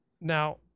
Now